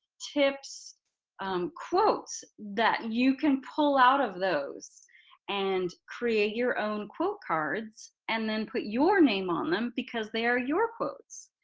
tips, or um quotes that you can pull out of those and create your own quote cards and then put your name on them because they are your quotes.